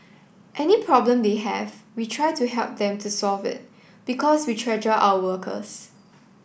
any problem they have we try to help them to solve it because we treasure our workers